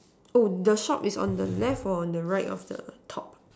oh the shop is on the left or on the right of the top